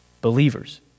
believers